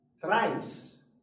thrives